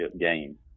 game